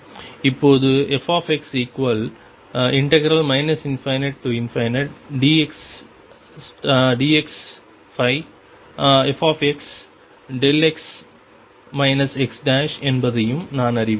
இப்போது fx ∞dxfxδx x என்பதையும் நான் அறிவேன்